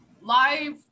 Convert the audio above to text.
live